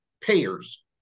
payers